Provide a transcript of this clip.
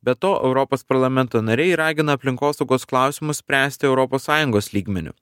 be to europos parlamento nariai ragina aplinkosaugos klausimus spręsti europos sąjungos lygmeniu